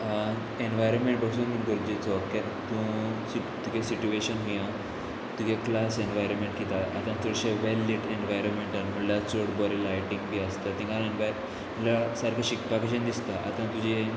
environment वचून गरजेचो कित्याक तूं तुगे सिट्युएशन घेया तुगे क्लास एनवायरमेंट कित्या आतां चडशे वेल लिट एनवायरोमेंटान म्हणल्यार चड बरी लायटींग बी आसता तिंगा एनवायर म्हळ्यार सारकें शिकपा कशें दिसता आतां तुजें